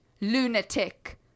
lunatic